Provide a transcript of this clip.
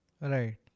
Right